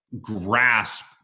grasp